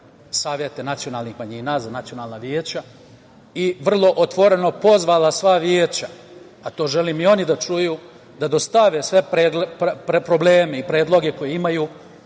savete nacionalnih manjina, za nacionalna veća, i vrlo otvoreno pozvala sva veća, a to želim i oni da čuju, da dostave sve probleme i predloge koje imaju